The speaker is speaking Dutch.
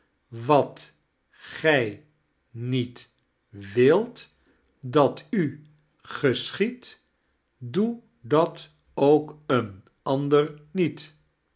wat gij niet wilt dat u geschiedt doe dat ook een ander niet